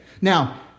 now